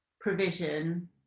provision